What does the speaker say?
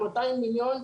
200 מיליון,